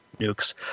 nukes